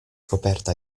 coperta